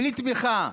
בלי תמיכה.